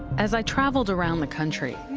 as i traveled around the country.